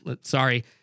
sorry